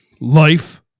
Life